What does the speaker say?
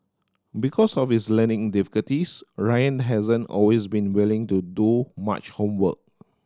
because of his learning difficulties Ryan hasn't always been willing to do much homework